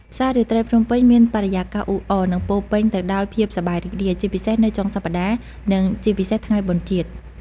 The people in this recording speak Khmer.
ផ្សាររាត្រីភ្នំពេញមានបរិយាកាសអ៊ូអរ និងពោរពេញទៅដោយភាពសប្បាយរីករាយ ជាពិសេសនៅចុងសប្ដាហ៍ និងជាពិសេសថ្ងៃបុណ្យជាតិ។